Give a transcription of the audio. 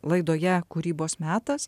laidoje kūrybos metas